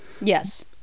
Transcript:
Yes